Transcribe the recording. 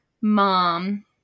mom